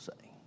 say